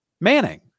Manning